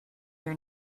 your